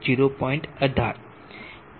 18